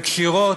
וקשירות,